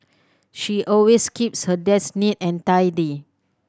she always keeps her desk neat and tidy